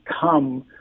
come